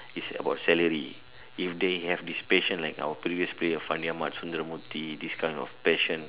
it's about salary if they have this passion like our previous player Fandi-Ahmad Sundramoorthy this kind of passion